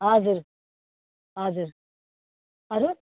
हजुर हजुर अरू